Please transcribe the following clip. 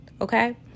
okay